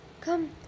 come